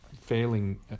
Failing